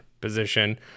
position